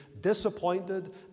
disappointed